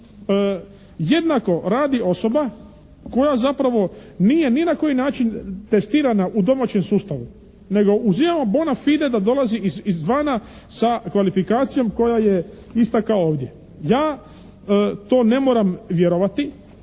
jednako radi osoba koja zapravo nije ni na koji način testirana u domaćem sustavu, nego uz …/Govornik se ne razumije./… bona fide da dolazi izvana sa kvalifikacijom koja je ista kao ovdje. Ja to ne moram vjerovati